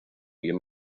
bien